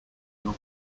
your